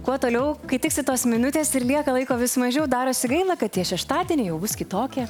kuo toliau kai tiksi tos minutės ir lieka laiko vis mažiau darosi gaila kad tie šeštadieniai jau bus kitokie